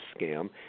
scam